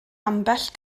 ambell